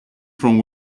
from